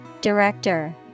Director